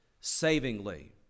savingly